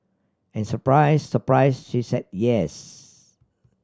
and surprise surprise she said yes